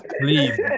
please